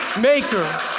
maker